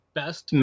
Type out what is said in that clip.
best